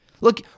Look